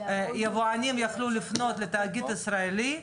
יבואנים יוכלו לפנות לתאגיד ישראלי,